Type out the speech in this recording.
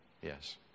Yes